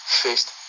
first